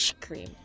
cream